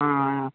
ಹಾಂ